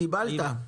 קיבלת.